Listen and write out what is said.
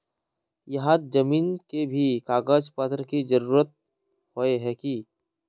यहात जमीन के भी कागज पत्र की जरूरत होय है की?